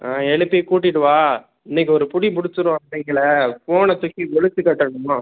ஆ எழுப்பி கூட்டிட்டு வா இன்றைக்கு ஒரு பிடி பிடிச்சிடுவோம் அவங்களை ஃபோனை தூக்கி ஒழித்து கட்டணும்